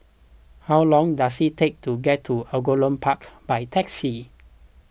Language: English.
how long does it take to get to Angullia Park by taxi